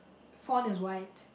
font is white